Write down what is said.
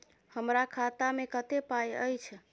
हमरा खाता में कत्ते पाई अएछ?